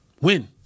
win